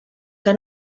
que